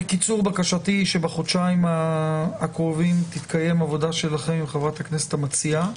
בקשתי היא שבחודשיים הקרובים תתקיים עבודה שלכם עם חברת הכנסת המציעה,